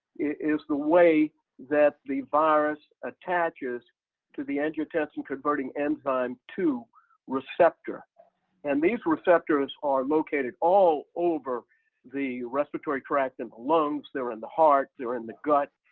is the way that the virus attaches to the angiotensin-converting enzyme two receptor and these receptors are located all over the respiratory tract and lungs. they're in the heart. they're in the gut.